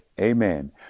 amen